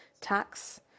tax